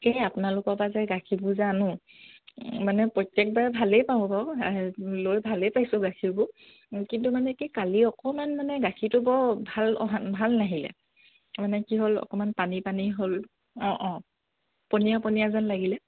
এই আপোনালোকৰ পৰা যে গাখীৰবোৰ যে আনোঁ মানে প্ৰত্যেকবাৰে ভালেই পাওঁ বাৰু লৈ ভালেই পাইছোঁ গাখীৰবোৰ কিন্তু মানে কি কালি অকমান মানে গাখীৰটো বৰ ভাল ভাল নাহিলে মানে কি হ'ল অকমান পানী পানী হ'ল অঁ অঁ পনীয়া পনীয়া যেন লাগিল